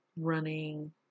running